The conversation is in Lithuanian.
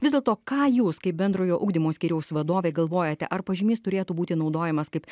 vis dėlto ką jūs kaip bendrojo ugdymo skyriaus vadovė galvojate ar pažymys turėtų būti naudojamas kaip